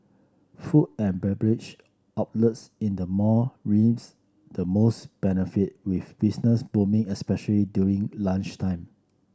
food and beverage outlets in the mall reaps the most benefit with business booming especially during lunchtime